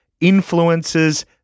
influences